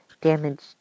damaged